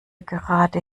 gerade